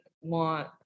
want